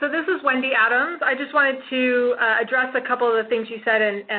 this is wendy adams. i just wanted to address a couple of the things you said and